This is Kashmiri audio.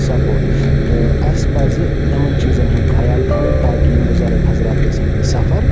سَپوٹ تہٕ اَسہِ پَزِ یِمَن چیٖزَن ہُنٛد خیال تھاوُن تاکہِ یِم بُزَرگ حضرات گَژھَن نہٕ سَفر